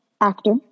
actor